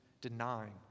denying